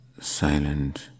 silent